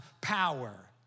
power